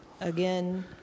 Again